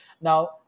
Now